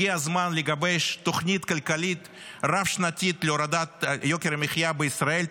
הגיע הזמן לגבש תוכנית כלכלית רב-שנתית להורדת יוקר המחיה בישראל,